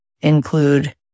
include